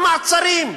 המעצרים,